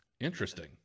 Interesting